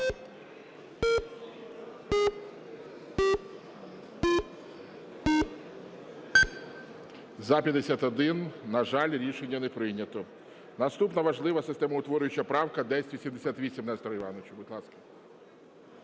За-51 На жаль, рішення не прийнято. Наступна важлива системоутворююча правка 1078. Несторе Івановичу, будь ласка.